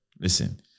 listen-